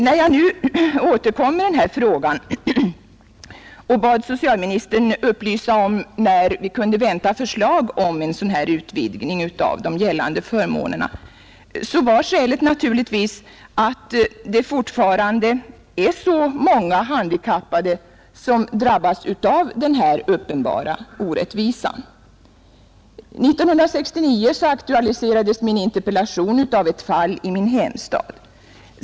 När jag nu återkom i denna fråga och bad socialministern upplysa om när vi kan vänta förslag till en sådan utvidgning av de gällande förmånerna var skälet naturligtvis att det fortfarande är så många handikappade som drabbas av denna uppenbara orättvisa. 1969 aktualiserades min interpellation av ett fall i min hemstad.